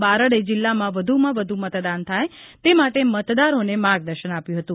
બારડે જિલ્લામાં વધુમાં વધુ મતદાન થાય તે માટે મતદારોને માર્ગદર્શન આપ્યું હતું